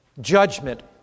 Judgment